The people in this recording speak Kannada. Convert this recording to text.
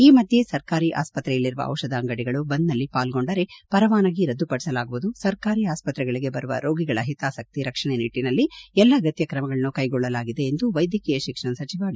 ಈ ಮಧ್ಯೆ ಸರ್ಕಾರಿ ಆಸ್ಪತ್ರೆಯಲ್ಲಿರುವ ಔಷಧ ಅಂಗಡಿಗಳು ಬಂದ್ ನಲ್ಲಿ ಪಾಲ್ಗೊಂಡರೆ ಪರವಾನಗಿ ರದ್ದುಪಡಿಸಲಾಗುವುದು ಸರ್ಕಾರಿ ಆಸ್ಪತ್ರೆಗಳಿಗೆ ಬರುವ ರೋಗಿಗಳ ಹಿತಾಸಕ್ತಿ ರಕ್ಷಣೆ ನಿಟ್ಟಿನಲ್ಲಿ ಎಲ್ಲಾ ಅಗತ್ತ ಕ್ರಮಗಳನ್ನು ಕೈಗೊಳ್ಳಲಾಗಿದೆ ಎಂದು ವೈದ್ಯಕೀಯ ಶಿಕ್ಷಣ ಸಚಿವ ಡಿ